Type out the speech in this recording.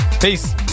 peace